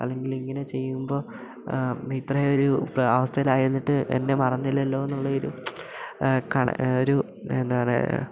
അല്ലെങ്കിൽ ഇങ്ങനെ ചെയ്യുമ്പോൾ ഇത്രയും ഒരു അവസ്ഥയിലായിരുന്നിട്ട് എന്നെ മറന്നില്ലല്ലോ എന്നുള്ള ഒരു ഒരു എന്താ പറയുക